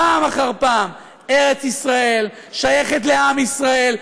פעם אחר פעם: ארץ ישראל שייכת לעם ישראל,